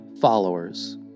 followers